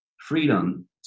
freedom